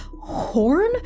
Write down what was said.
Horn